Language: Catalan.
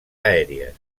aèries